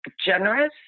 generous